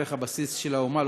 ערך הבסיס של האומה,